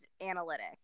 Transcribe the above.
analytic